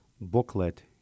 booklet